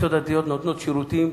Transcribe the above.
מועצות דתיות נותנות שירותים